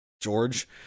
george